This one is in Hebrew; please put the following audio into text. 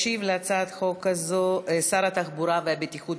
ישיב להצעת החוק הזאת שר התחבורה והבטיחות